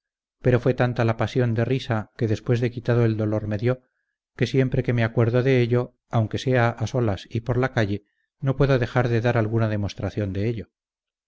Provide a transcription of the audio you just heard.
pero fué tanta la pasión de risa que después de quitado el dolor me dió que siempre que me acuerdo de ello aunque sea a solas y por la calle no puedo dejar de dar alguna demostración de ello